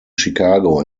chicago